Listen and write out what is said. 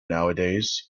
nowadays